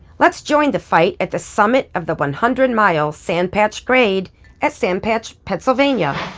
let's join the fight at the summit of the one hundred mile sand patch grade at sand patch, pennsylvania.